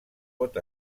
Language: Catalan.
pot